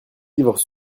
livres